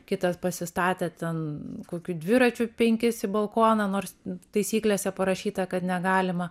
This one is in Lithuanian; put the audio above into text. kitas pasistatė ten kokiu dviračiu penkis į balkoną nors taisyklėse parašyta kad negalima